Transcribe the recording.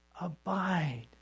Abide